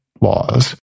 laws